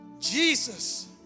Jesus